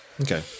Okay